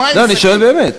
לא, אני שואל באמת.